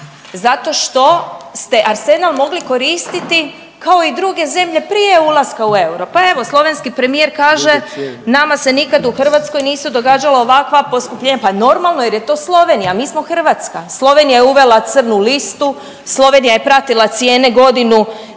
zato što ste arsenal mogli koristiti kao i druge zemlje prije ulaska u euro. Pa evo slovenski premijer kaže nama se nikad u Hrvatskoj nisu događala ovakva poskupljenja, pa normalno jer je to Slovenija, mi smo Hrvatska. Slovenija je uvela crnu listu, Slovenija je pratila cijene godinu